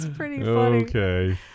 Okay